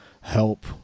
help